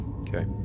Okay